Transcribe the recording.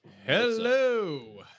hello